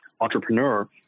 entrepreneur